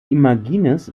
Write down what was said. imagines